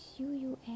UUM